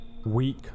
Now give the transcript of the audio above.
weak